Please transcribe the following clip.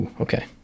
Okay